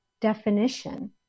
definition